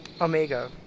Omega